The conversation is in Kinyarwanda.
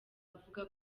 avuga